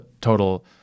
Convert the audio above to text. total